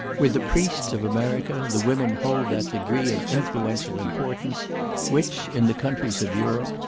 with the priests of america, the women hold that degree of influential importance which, in the countries of europe,